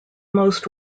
most